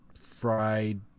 fried